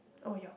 oh your turn